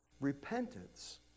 repentance